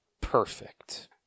Perfect